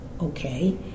okay